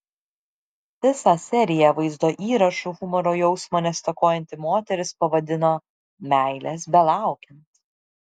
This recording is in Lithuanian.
visą seriją vaizdo įrašų humoro jausmo nestokojanti moteris pavadino meilės belaukiant